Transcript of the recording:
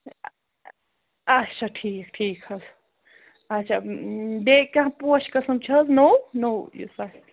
اَچھا ٹھیٖک ٹھیٖک حظ اَچھا بیٚیہِ کینٛہہ پوش قٕسٕم چھِ حظ نوٚو نوٚو یُس آسہِ